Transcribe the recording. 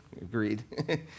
Agreed